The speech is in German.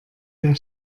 der